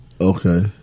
Okay